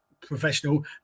professional